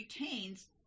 retains